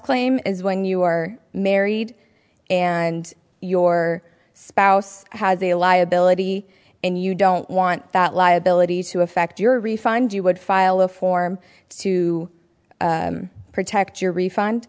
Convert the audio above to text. claim is when you are married and your spouse has a liability and you don't want that liabilities to affect your refund you would file a form to protect your refund